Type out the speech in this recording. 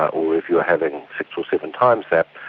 or if you are having six or seven times that,